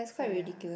so ya